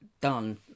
done